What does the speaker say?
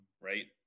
right